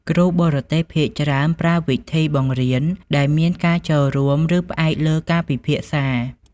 គ្រូបរទេសភាគច្រើនប្រើវិធីបង្រៀនដែលមានការចូលរួម ឬផ្អែកលើការពិភាក្សា។